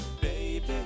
baby